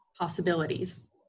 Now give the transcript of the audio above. possibilities